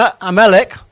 Amalek